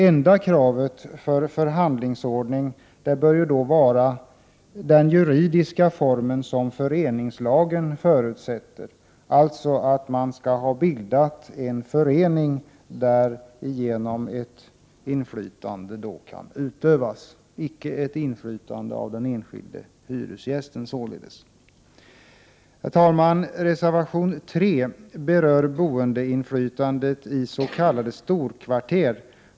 Enda kravet för förhandlingsordning bör vara den juridiska formen som föreningslagen förutsätter, dvs. att man skall ha bildat en förening genom vilken ett inflytande kan utövas — således inte ett inflytande för den enskilde hyresgästen. Herr talman! Reservation nr 3 berör boendeinflytande i s.k. storkvarter.